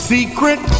Secret